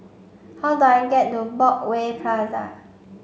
how do I get to Broadway Plaza